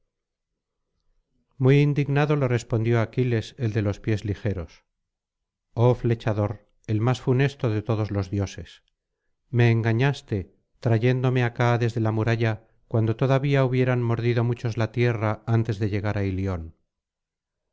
muy indignado le respondió aquiles el de los pies ligeros oh flechador el más funesto de todos los dioses me engañaste trayéndome acá desde la muralla cuando todavía hubieran mordido muchos la tierra antes de llegará ilion